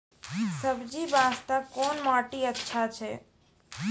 सब्जी बास्ते कोन माटी अचछा छै?